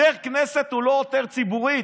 וחבר כנסת הוא עותר ציבורי?